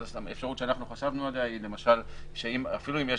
אפשרות שחשבנו עליה היא שאפילו אם יש